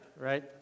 right